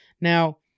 Now